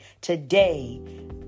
Today